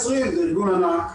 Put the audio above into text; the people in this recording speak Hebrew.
כי זה ארגון ענק,